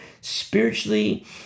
spiritually